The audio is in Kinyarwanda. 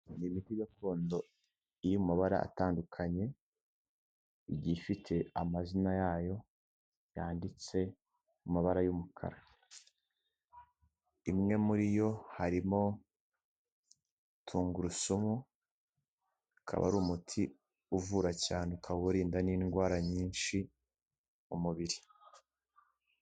Ni imiti gakondo iri mu mabara atandukanye, igiye ifite amazina yayo yanditse mu mabara y’umukara. Imwe muri yo harimo tungurusumu, akaba ari umuti uvura cyane ukawurinda n’indwara nyinshi mu mubiri.